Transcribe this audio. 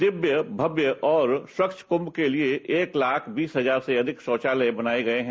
दिव्य भव्य और स्वच्छ क्म के लिए एक लाख बीस हजार से अधिक शौचालय बनाए गये हैं